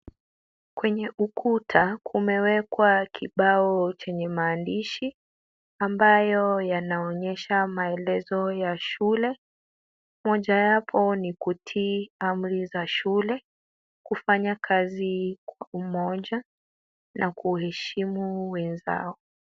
Kwenye ukuta, kumewekwa kibao chenye maandishi, ambayo yanaonyesha maelezo ya shule, mojayapo ni kutii amri za shule, kufanya kazi kwa umoja, na kuheshimu wenzao.